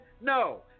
No